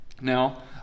Now